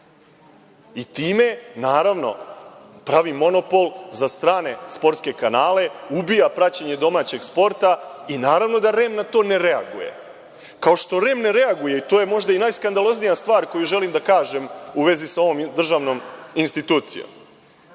Time, naravno, pravi monopol za strane sportske kanale, ubija praćenje domaćeg sporta i naravno da REM na to ne reaguje, kao što REM ne reaguje, i to je možda najskandaloznija stvar koju želim da kažem u vezi sa ovom državnom institucijom,